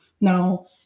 Now